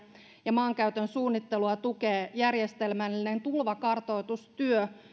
ja maankäytön suunnittelua tukee järjestelmällinen tulvakartoitustyö